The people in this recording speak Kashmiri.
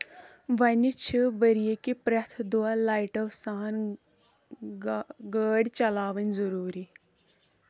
وۄنۍ چُھ ؤرۍ یہِ کہِ پرٛٮ۪تھ دۄہ لایٹو سان گٲڑۍ چلاوٕنۍ ضروٗری